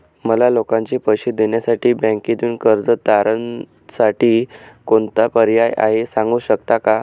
मला लोकांचे पैसे देण्यासाठी बँकेतून कर्ज तारणसाठी कोणता पर्याय आहे? सांगू शकता का?